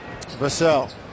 Vassell